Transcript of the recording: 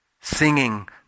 singing